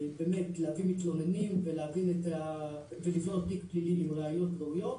באמת להביא מתלוננים ולבנות תיק פלילי עם ראיות ראויות.